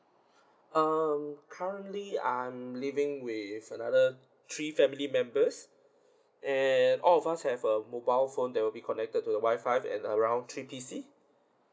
um currently I'm living with another three family members and all of us have a mobile phone that will be connected to a wi-fi and around three P_C